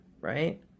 right